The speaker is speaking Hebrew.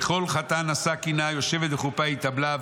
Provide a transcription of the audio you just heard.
וכל חתן נשא קינה, יושבת בחופה התאבלה.